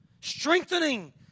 strengthening